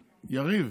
יריב,